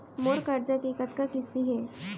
मोर करजा के कतका किस्ती हे?